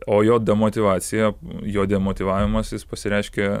o jo demotyvacija jo demotyvavimas jis pasireiškė